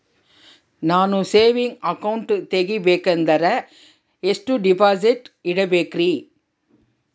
ನಾನು saving account ತೆಗಿಬೇಕಂದರ ಎಷ್ಟು ಡಿಪಾಸಿಟ್ ಇಡಬೇಕ್ರಿ?